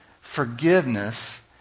forgiveness